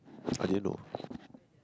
I didn't know